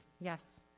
yes